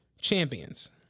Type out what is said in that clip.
champions